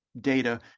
data